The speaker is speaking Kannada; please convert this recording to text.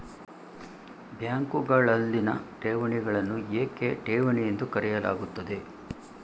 ಬ್ಯಾಂಕುಗಳಲ್ಲಿನ ಠೇವಣಿಗಳನ್ನು ಏಕೆ ಠೇವಣಿ ಎಂದು ಕರೆಯಲಾಗುತ್ತದೆ?